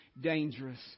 dangerous